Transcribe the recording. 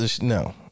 No